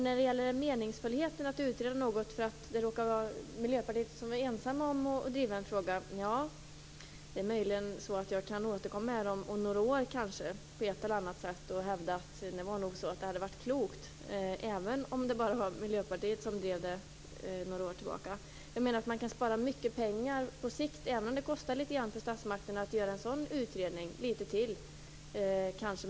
När det gäller frågan om det meningsfulla i att utreda någonting även om Miljöpartiet råkar vara ensamma om att driva det, kan jag möjligen återkomma om några år och på ett eller annat sätt hävda att det hade varit klokt. Man kan spara mycket pengar på sikt även om det kostar litet extra för statsmakterna att göra en sådan utredning.